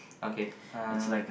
okay uh